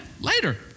Later